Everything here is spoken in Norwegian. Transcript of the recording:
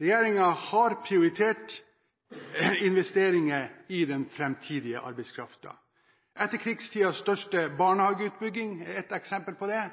Regjeringen har prioritert investeringer i den framtidige arbeidskraften. Etterkrigstidens største barnehageutbygging er et eksempel på det.